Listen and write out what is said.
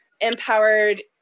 empowered